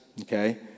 okay